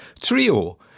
trio